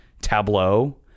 Tableau